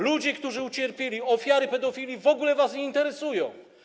Ludzie, którzy ucierpieli, ofiary pedofilii w ogóle was nie interesują.